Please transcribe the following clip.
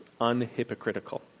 unhypocritical